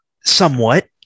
Somewhat